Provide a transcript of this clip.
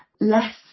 less